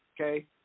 okay